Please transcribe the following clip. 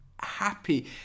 Happy